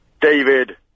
David